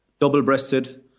double-breasted